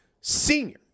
senior